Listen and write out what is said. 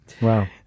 wow